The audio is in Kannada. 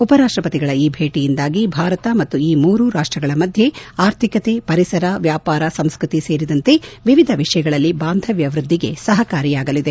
ಉಪರಾಷ್ಟಪತಿಗಳ ಈ ಭೇಟಿಯಿಂದಾಗಿ ಭಾರತ ಮತ್ತು ಈ ಮೂರೂ ರಾಷ್ಟಗಳ ಮಧ್ಯೆ ಆರ್ಥಿಕತೆ ಪರಿಸರ ವ್ಯಾಪಾರ ಸಂಸ್ಟತಿ ಸೇರಿದಂತೆ ವಿವಿಧ ವಿಷಯಗಳಲ್ಲಿ ಬಾಂಧವ್ಯ ವೃದ್ಧಿಗೆ ಸಹಕಾರಿಯಾಗಲಿದೆ